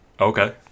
Okay